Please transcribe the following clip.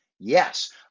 Yes